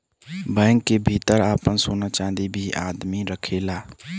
bank क भितर आपन सोना चांदी भी आदमी रखेला